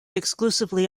exclusively